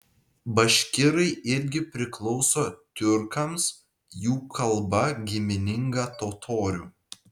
baškirai irgi priklauso tiurkams jų kalba gimininga totorių